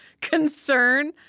concern